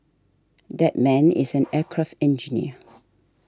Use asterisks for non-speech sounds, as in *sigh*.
that man is an *noise* aircraft engineer